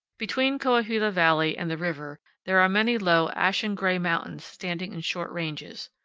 between coahuila valley and the river there are many low, ashen-gray mountains standing in short ranges.